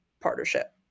partnership